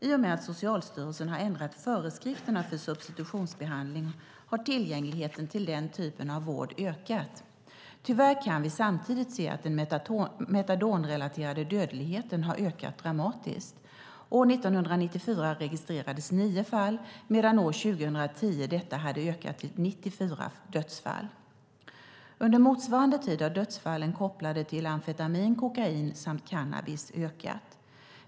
I och med att Socialstyrelsen har ändrat föreskrifterna för substitutionsbehandlingen har tillgängligheten till den typen av vård ökat. Tyvärr kan vi samtidigt se att den metadonrelaterade dödligheten har ökat dramatiskt. År 1994 registrerades 9 fall medan det år 2010 hade ökat till 94 dödsfall. Under motsvarande tid har dödsfallen kopplade till amfetamin, kokain samt cannabis ökat.